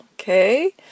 Okay